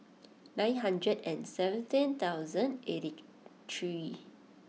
nine hundred and seventeen thousand eighty three